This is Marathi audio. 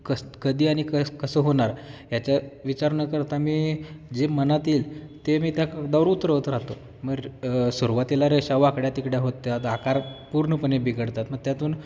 कसं कधी आणि कसं कसं होणार याचा विचार न करता मी जे मनातील येईल ते मी त्या कागदावर उतरवत राहतो मग सुरुवातीला रेषा वाकड्या तिकड्या होत्या आकार पूर्णपणे बिघडतात मग त्यातून